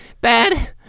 Bad